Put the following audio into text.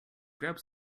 grabbed